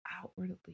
outwardly